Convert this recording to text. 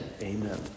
amen